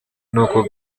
nuko